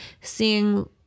seeing